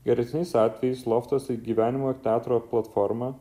geresniais atvejais loftas į gyvenimo ir teatro platformą